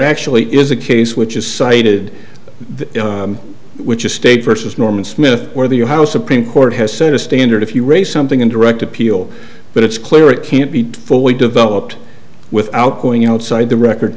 actually is a case which is cited which is state versus norman smith where the your house supreme court has set a standard if you raise something in direct appeal but it's clear it can't be fully developed without going outside the record